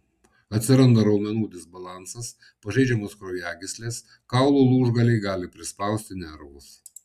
atsiranda raumenų disbalansas pažeidžiamos kraujagyslės kaulų lūžgaliai gali prispausti nervus